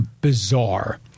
bizarre